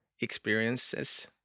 experiences